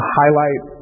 highlight